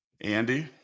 Andy